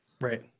Right